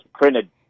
printed